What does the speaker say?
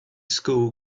school